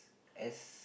as